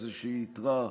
יתרה,